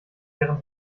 wären